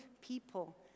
people